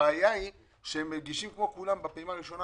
הבעיה היא שהם מגישים כמו כולם בפעימה הראשונה,